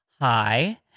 hi